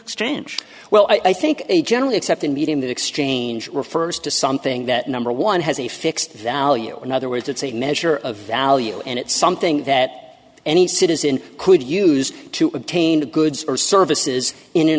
exchange well i think a generally accepted medium of exchange refers to something that number one has a fixed value in other words it's a measure of value and it's something that any citizen could use to obtain goods or services in an